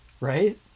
Right